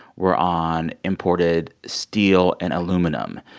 were on imported steel and aluminum.